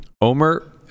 Omer